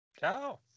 Ciao